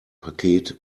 paket